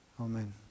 Amen